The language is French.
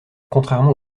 contrairement